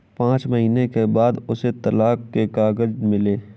पांच महीने के बाद उसे तलाक के कागज मिले